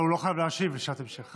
הוא לא חייב להשיב על שאלת המשך.